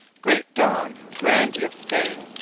great don, grandee of spaine,